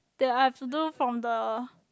that I've to do from the